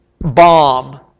bomb